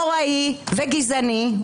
נוראי וגזעני,